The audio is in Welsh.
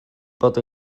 bod